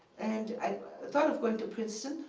and i thought of going to princeton,